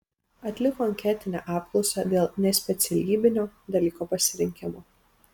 atliko anketinę apklausą dėl nespecialybinio dalyko pasirinkimo